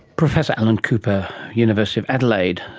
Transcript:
professor alan cooper, university of adelaide,